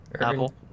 Apple